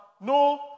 no